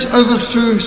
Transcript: overthrew